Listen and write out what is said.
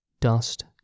dust